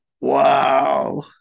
Wow